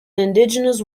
indigenous